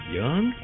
young